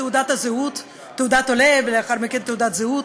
תעודת עולה ולאחר מכן תעודת זהות,